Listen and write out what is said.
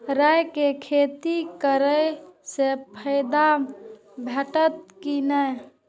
राय के खेती करे स फायदा भेटत की नै?